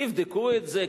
יבדקו את זה,